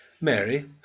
Mary